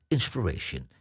Inspiration